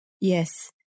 Yes